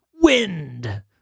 Wind